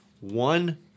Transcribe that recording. one